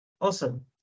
Awesome